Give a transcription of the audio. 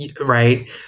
Right